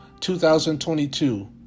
2022